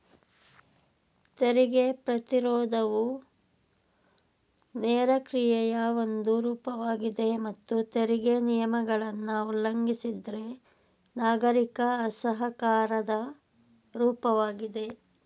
ತೆರಿಗೆ ಪ್ರತಿರೋಧವು ನೇರ ಕ್ರಿಯೆಯ ಒಂದು ರೂಪವಾಗಿದೆ ಮತ್ತು ತೆರಿಗೆ ನಿಯಮಗಳನ್ನ ಉಲ್ಲಂಘಿಸಿದ್ರೆ ನಾಗರಿಕ ಅಸಹಕಾರದ ರೂಪವಾಗಿದೆ